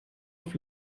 auf